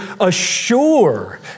assure